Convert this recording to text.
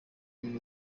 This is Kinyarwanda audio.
ibintu